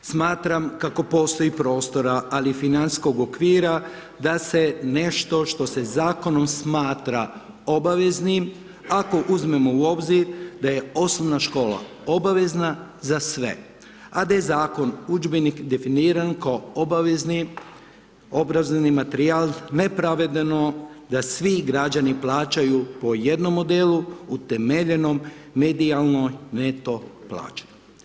Smatram kako postoji prostora ali financijskog okvira da se nešto što se Zakonom smatra obaveznim, ako uzmemo u obzir da je osnovna škola za sve, a da je Zakon udžbenik definiran kao obavezni obrazovni materijal nepravedno da svi građani plaćaju po jednom modelu, utemeljenom medijalnoj neto plaći.